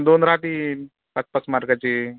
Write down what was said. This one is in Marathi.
दोन राहतील पाच पाच मार्काचे